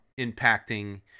impacting